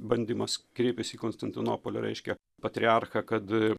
bandymas kreipėsi į konstantinopolio reiškia patriarchą kad